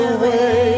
away